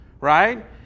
Right